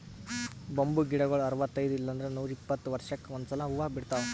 bamboo ಗಿಡಗೊಳ್ ಅರವತೈದ್ ಇಲ್ಲಂದ್ರ ನೂರಿಪ್ಪತ್ತ ವರ್ಷಕ್ಕ್ ಒಂದ್ಸಲಾ ಹೂವಾ ಬಿಡ್ತಾವ್